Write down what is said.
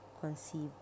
conceived